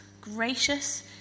gracious